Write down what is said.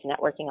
networking